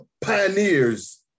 pioneers